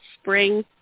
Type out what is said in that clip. spring